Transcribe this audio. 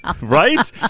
Right